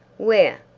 where?